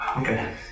okay